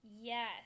yes